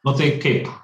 na tai kaip